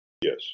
Yes